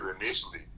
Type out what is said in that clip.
initially